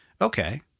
okay